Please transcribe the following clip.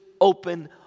open